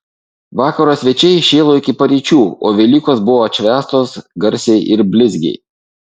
vakaro svečiai šėlo iki paryčių o velykos buvo atšvęstos garsiai ir blizgiai